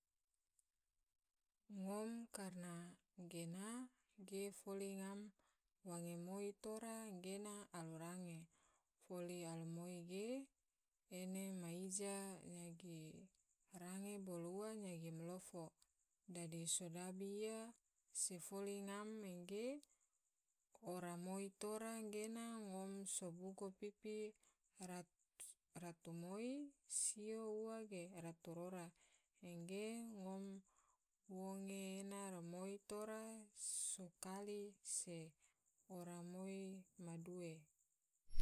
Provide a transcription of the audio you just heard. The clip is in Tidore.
Ngom karena gena ge foli ngam wange moi tora gena alu range, foli alumoi ge ene ma ija nyagi range bolo ua nyagi malofo, dadi sodabi iya se foli ngam angge ora moi tora gena ngom sobugo pipi ratu sio ua ge ratu rora, angge ngom wonge ena rimoi tora so kali se ora moi ma due.